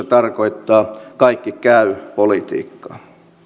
tarkoittaa kaikki käy politiikkaa